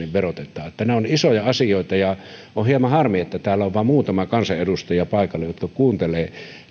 verotetaan nämä ovat isoja asioita ja on hieman harmi että täällä on paikalla vain muutama kansanedustaja jotka kuuntelevat